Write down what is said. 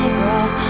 girl